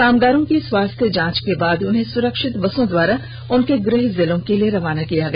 कामगारों की स्वास्थ्य जांच के बाद उन्हें सुरक्षित बसों द्वारा उनके गृह जिलों के लिए रवाना किया गया